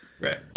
Right